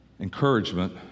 encouragement